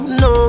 no